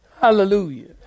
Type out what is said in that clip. Hallelujah